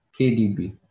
KDB